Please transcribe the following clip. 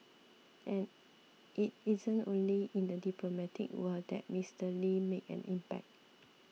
and it isn't only in the diplomatic world that Mister Lee made an impact